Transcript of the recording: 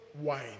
wine